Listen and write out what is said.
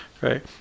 right